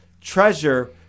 Treasure